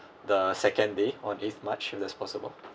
the second day on eighth march if that's possible